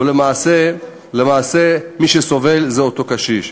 ולמעשה מי שסובל זה אותו קשיש.